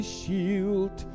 shield